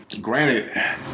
granted